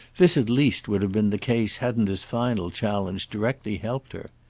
this at least would have been the case hadn't his final challenge directly helped her.